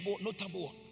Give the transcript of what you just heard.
notable